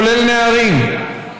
כולל נערים.